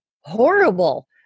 horrible